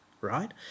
right